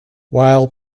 while